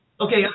okay